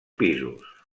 pisos